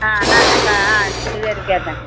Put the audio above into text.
ஆ நான் கா சரி கேட்பேன்